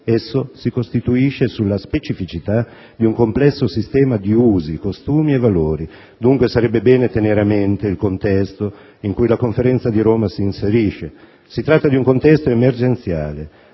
esso si costituisce sulla specificità di un complesso sistema di usi, costumi e valori. Dunque, sarebbe bene tenere a mente il contesto in cui la Conferenza di Roma si inserisce: si tratta di un contesto emergenziale,